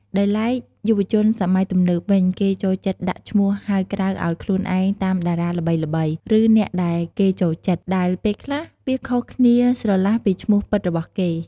ដោយឡែក យុវជនសម័យទំនើបវិញ គេចូលចិត្តដាក់ឈ្មោះហៅក្រៅឱ្យខ្លួនឯងតាមតារាល្បីៗ ឬ អ្នកដែលគេចូលចិត្ត ដែលពេលខ្លះវាខុសគ្នាស្រឡះពីឈ្មោះពិតរបស់គេ។